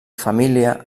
família